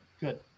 Good